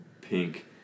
pink